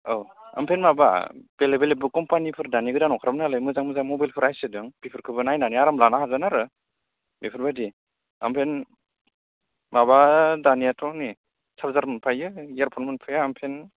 औ ओमफ्राय माबा बेलेख बेलेखबो कम्पानिफोर दानि गोदान अंखारबोनायालाय मोजां मोजां मबाइल प्राइससोदों बिफोरखौबो नायनानै आराम लानो हागोन आरो बेफोरबायदि ओमफाय माबा दानियाथ' आंनि चार्जार मोनफायो इयारफन मोनफाया आमफ्राय